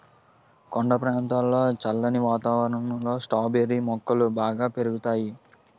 కొండ ప్రాంతంలో చల్లని వాతావరణంలో స్ట్రాబెర్రీ మొక్కలు బాగా పెరుగుతాయి